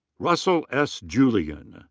russell s. julian.